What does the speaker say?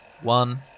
One